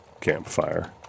campfire